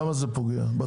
למה זה פוגע בצרכן?